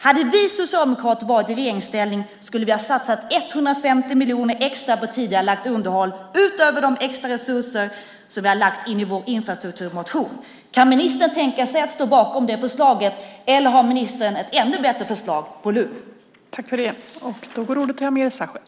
Om vi socialdemokrater hade varit i regeringsställning skulle vi ha satsat 150 miljoner extra på tidigarelagt underhåll, utöver de extraresurser som vi lagt i vår infrastrukturmotion. Kan ministern tänka sig att stå bakom det förslaget eller har ministern ett ännu bättre förslag på lut?